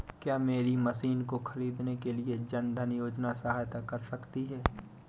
क्या मेरी मशीन को ख़रीदने के लिए जन धन योजना सहायता कर सकती है?